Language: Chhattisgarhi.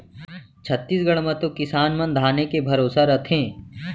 छत्तीसगढ़ म तो किसान मन धाने के भरोसा रथें